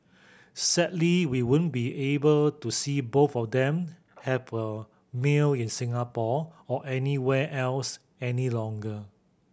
sadly we won't be able to see both of them have a meal in Singapore or anywhere else any longer